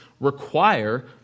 require